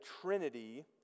Trinity